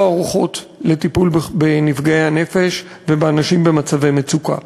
לא ערוכות לטיפול בנפגעי הנפש ובאנשים במצבי מצוקה.